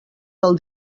del